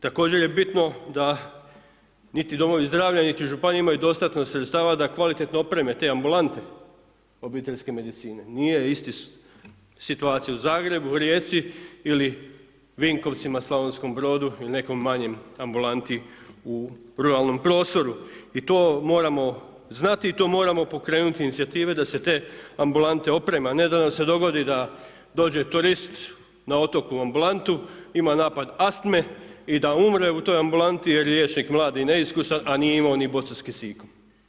Također je bitno da niti domovi zdravlja niti županije imaju dostatna sredstava da kvalitetno opreme te ambulante obiteljske medicine, nije ista situacija u Zagrebu, u Rijeci ili Vinkovcima, Slavonskom Brodu ili nekoj manjoj ambulanti u ruralnom prostoru i to moramo znati i to moramo pokrenuti inicijative da se te ambulante opreme a ne da nam se dogodi da dođe turist na otoku u ambulantu, ima napad astme i da umre u toj ambulanti jer je liječnik mlad i neiskusan a nije imao ni bocu s kisikom.